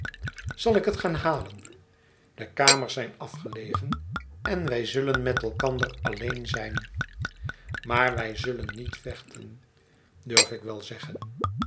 zal ik het gaan halen de kamers zijn afgelegen en wij zullen met elkander alleen zijn maar wij zullen niet vechten durf ik wel zeggen